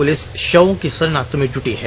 police षवों की षिनाख्त में जुटी है